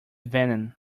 venom